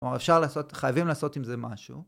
כלומר אפשר לעשות, חייבים לעשות עם זה משהו